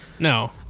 No